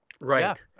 Right